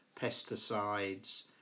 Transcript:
pesticides